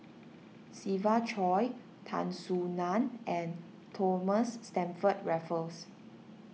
Siva Choy Tan Soo Nan and Thomas Stamford Raffles